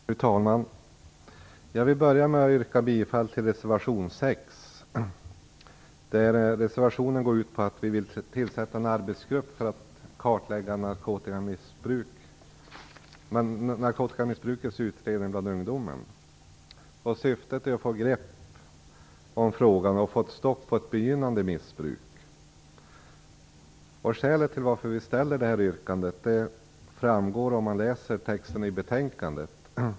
Fru talman! Jag vill börja med att yrka bifall till reservation 6. Vi i Vänsterpartiet vill nämligen tillsätta en arbetsgrupp för att kartlägga narkotikamissbrukets utbredning bland ungdomen. Syftet är att få ett grepp om frågan och att få ett stopp på ett begynnande missbruk. Skälet till vårt yrkande framgår av betänkandet.